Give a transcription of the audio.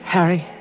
Harry